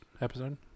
Episode